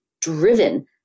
driven